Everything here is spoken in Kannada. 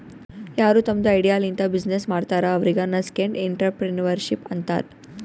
ಯಾರು ತಮ್ದು ಐಡಿಯಾ ಲಿಂತ ಬಿಸಿನ್ನೆಸ್ ಮಾಡ್ತಾರ ಅವ್ರಿಗ ನಸ್ಕೆಂಟ್ಇಂಟರಪ್ರೆನರ್ಶಿಪ್ ಅಂತಾರ್